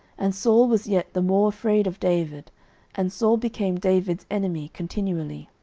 and saul was yet the more afraid of david and saul became david's enemy continually.